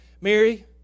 Mary